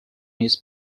his